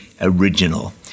original